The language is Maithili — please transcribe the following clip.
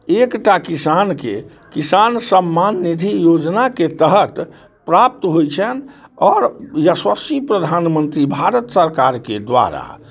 एकटा किसानके किसान सम्मान निधि योजनाके तहत प्राप्त होइ छनि आओर यशस्वी प्रधानमंत्री भारत सरकारके द्वारा